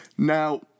Now